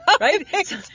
right